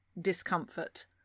discomfort